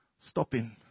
stopping